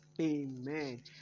Amen